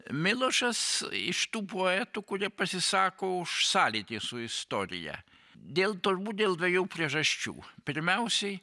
milošas iš tų poetų kurie pasisako už sąlytį su istorija dėl turbūt dėl dviejų priežasčių pirmiausiai